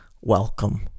Welcome